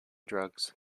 drugs